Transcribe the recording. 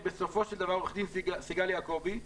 עו"ד סיגל יעקבי,